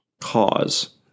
cause